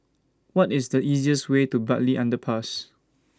What IS The easiest Way to Bartley Underpass